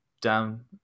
down